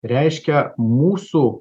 reiškia mūsų